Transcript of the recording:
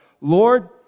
Lord